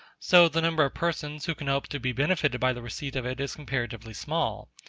so the number of persons who can hope to be benefited by the receipt of it is comparatively small.